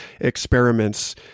experiments